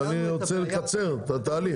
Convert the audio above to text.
אני רוצה לקצר את התהליך.